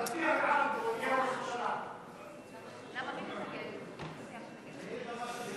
תצביע בעד, ועוד תהיה ראש ממשלה.